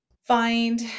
find